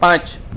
પાંચ